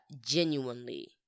genuinely